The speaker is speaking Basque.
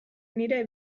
nire